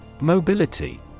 Mobility